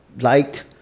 liked